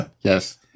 Yes